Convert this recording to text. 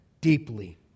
deeply